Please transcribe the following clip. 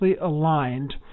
aligned